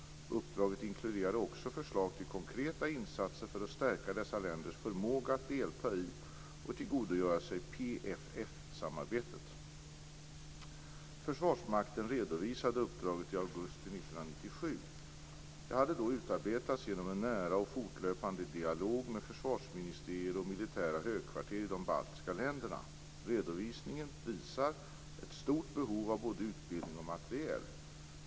Uppdraget inkluderade också förslag till konkreta insatser för att stärka dessa länders förmåga att delta i och tillgodogöra sig PFF-samarbetet. 1997. Det hade då utarbetats genom en nära och fortlöpande dialog med försvarsministerier och militära högkvarter i de baltiska länderna. Redovisningen visar på ett stort behov av både utbildning och materiel.